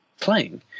playing